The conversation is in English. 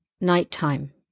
Nighttime